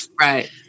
Right